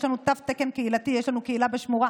יש לנו תו תקן קהילתי, יש לנו קהילה בשמורה.